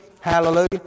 Hallelujah